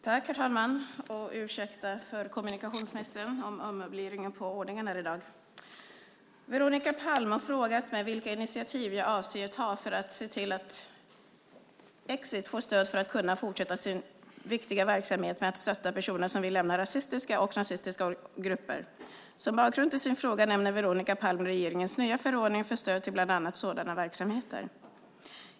Herr talman! Ursäkta kommunikationsmissen om ommöbleringen på dagordningen i dag! Veronica Palm har frågat mig vilka initiativ jag avser att ta för att se till att Exit får stöd för att kunna fortsätta sin viktiga verksamhet med att stötta personer som vill lämna rasistiska och nazistiska grupper. Som bakgrund till sin fråga nämner Veronica Palm regeringens nya förordning för stöd till bland annat sådana verksamheter.